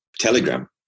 Telegram